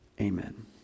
Amen